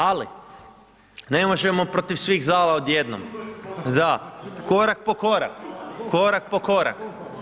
Ali ne možemo protiv svih zala od jednom, da, korak po korak, korak po korak.